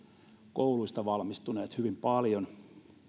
kouluista valmistuneet myös hyvin paljon